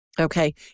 Okay